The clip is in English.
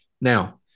now